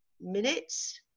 minutes